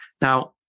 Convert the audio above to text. Now